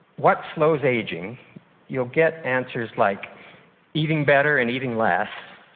what slows aging you'll get answers like eating better and eating less,